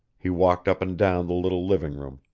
he walked up and down the little living room,